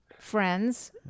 friends